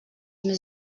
més